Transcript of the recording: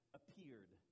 appeared